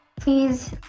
please